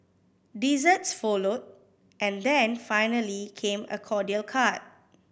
desserts followed and then finally came a cordial cart